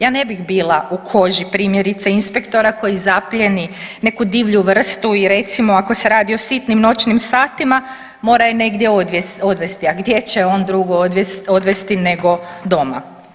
Ja ne bih bila u koži primjerice inspektora koji zaplijeni neku divlju vrstu i recimo ako se radi o sitnim noćnim satima mora ju negdje odvesti, a gdje će je on drugo odvesti nego doma.